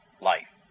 life